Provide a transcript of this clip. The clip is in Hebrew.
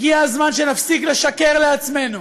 הגיע הזמן שנפסיק לשקר לעצמנו.